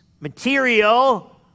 material